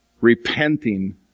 repenting